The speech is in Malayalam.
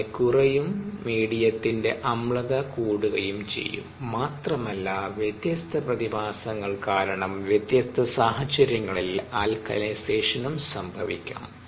അങ്ങനെ കുറയും മീഡിയത്തിന്റെ അമ്ലത കൂടുകയും ചെയ്യും മാത്രമല്ല വ്യത്യസ്ത പ്രതിഭാസങ്ങൾ കാരണം വ്യത്യസ്ത സാഹചര്യങ്ങളിൽ ആൽക്കലിനൈസേഷനും സംഭവിക്കാം